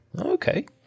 Okay